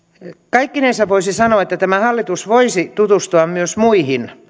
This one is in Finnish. kaikkinensa voisi sanoa että tämä hallitus voisi tutustua myös muihin